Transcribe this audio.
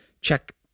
Check